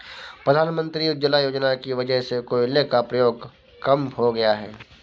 प्रधानमंत्री उज्ज्वला योजना की वजह से कोयले का प्रयोग कम हो गया है